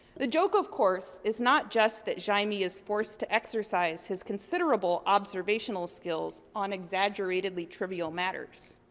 the joke, of course, is not just that jaime is forced to exercise his considerable observational skills on exaggeratedly trivial matters.